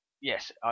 Yes